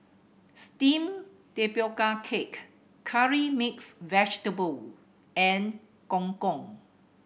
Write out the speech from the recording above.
steamed tapioca cake Curry Mixed Vegetable and Gong Gong